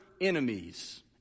enemies